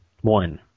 One